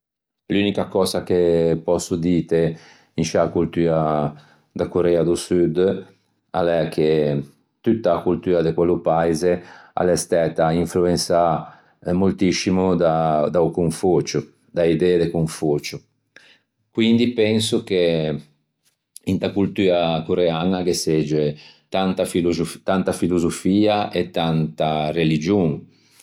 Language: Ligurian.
L'unica cösa che pòsso dîte in sciâ Corea do Sud a l'é che tutta a coltua de quello paise a l'é stæta influensâ moltiscimo da da-o Confucio, da-e idee do Confucio quindi penso che inta coltua coreaña gh'é tanta filosofia e tanta religion.